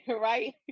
Right